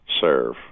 serve